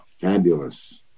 fabulous